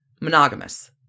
monogamous